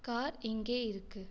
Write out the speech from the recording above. car எங்கே இருக்கு